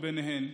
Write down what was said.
ובהן,